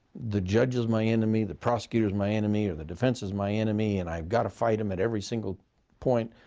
the judge is my enemy, the prosecutor is my enemy, or the defense is my enemy, and i've got to fight them at every single point,